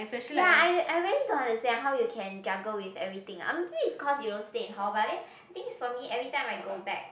ya I I very don't understand how you can juggle with everything I'm cause you don't stay in hall but then thing is for me every time I go back